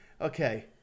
Okay